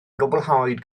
gwblhawyd